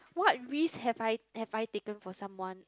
what risk have I have I taken for someone